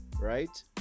right